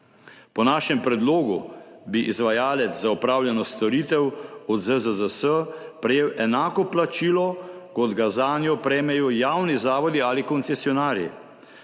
Po našem predlogu bi izvajalec za opravljeno storitev od ZZZS prejel enako plačilo, kot ga zanjo prejmejo javni zavodi ali koncesionarji.